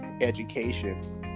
education